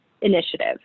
initiative